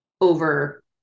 over